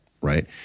right